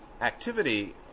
activity